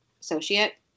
associate